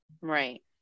Right